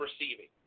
receiving